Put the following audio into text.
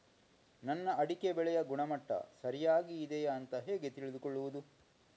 ನನ್ನ ಅಡಿಕೆ ಬೆಳೆಯ ಗುಣಮಟ್ಟ ಸರಿಯಾಗಿ ಇದೆಯಾ ಅಂತ ಹೇಗೆ ತಿಳಿದುಕೊಳ್ಳುವುದು?